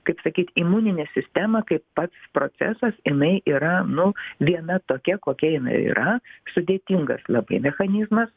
kaip sakyt imuninė sistema kaip pats procesas jinai yra nu viena tokia kokia jinai yra sudėtingas labai mechanizmas